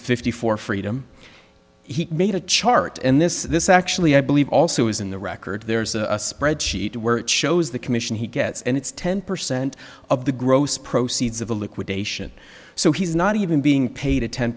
fifty for freedom he made a chart and this this actually i believe also is in the record there is a spread sheet where it shows the commission he gets and it's ten percent of the gross proceeds of the liquidation so he's not even being paid a ten